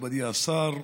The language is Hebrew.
מכובדי השר,